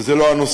וזה לא הנושא,